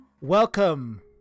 Welcome